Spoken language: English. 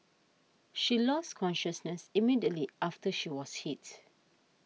she lost consciousness immediately after she was hit